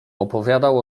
opowiadał